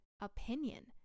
opinion